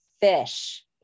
fish